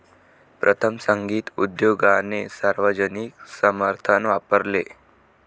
प्रथम, संगीत उद्योगाने सार्वजनिक समर्थन वापरले